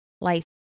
life